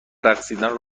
رقصیدن